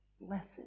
Blessed